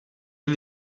jim